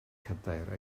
cadair